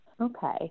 Okay